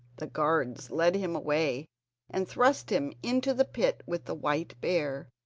the guards led him away and thrust him into the pit with the white bear,